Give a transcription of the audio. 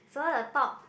swirl the top